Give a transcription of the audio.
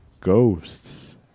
Ghosts